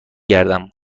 گردم